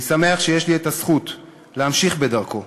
אני שמח שיש לי זכות להמשיך בדרכו.